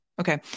Okay